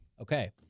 Okay